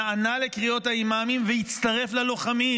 נענה לקריאות האימאמים והצטרף ללוחמים,